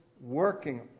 working